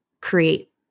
create